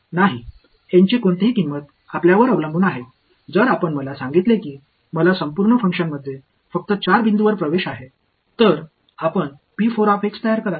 N இன் மதிப்பு அதிகமாக இருக்கும் N இன் மதிப்பு உங்களிடம் இல்லை என்னால் முழுவதுமாக 4 புள்ளிகளில் மட்டுமே செயல்பாட்டை அணுக முடியும் என்று நீங்கள் சொன்னால் நீங்கள் உருவாக்குவீர்கள்